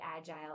agile